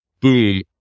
boom